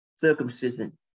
Circumcision